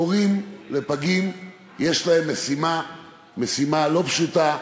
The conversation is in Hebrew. הורים לפגים יש להם משימה לא פשוטה.